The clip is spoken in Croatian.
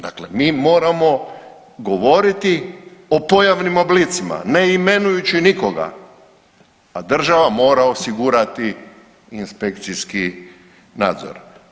Dakle, mi moramo govoriti o pojavnim oblicima ne imenujući nikoga, a država mora osigurati inspekcijski nadzor.